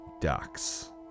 ducks